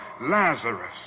Lazarus